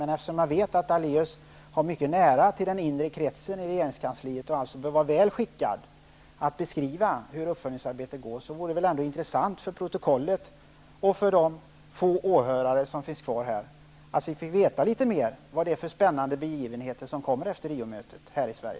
Men eftersom Lennart Daléus har mycket nära till den inre kretsen i regeringskansliet och således bör vara väl skickad att beskriva hur uppföljningsarbetet går till, tycker jag att det vore intressant för protokollet och för de få åhörare som finns kvar här att få veta litet mer om vilka spännande begivenheter som kommer efter Rio-mötet här i Sverige.